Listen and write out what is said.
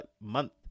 Month